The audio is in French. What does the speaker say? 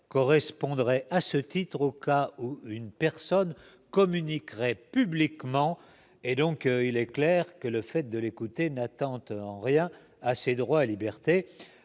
correspondrait à ce titre au cas où une personne communiquerait publiquement. Il est donc clair que le fait de l'écouter n'attente en rien à ses droits et libertés.